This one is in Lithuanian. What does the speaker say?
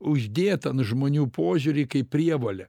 uždėt ant žmonių požiūrį kaip prievolę